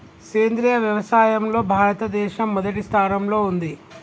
సేంద్రియ వ్యవసాయంలో భారతదేశం మొదటి స్థానంలో ఉంది